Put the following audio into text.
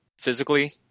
physically